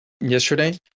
yesterday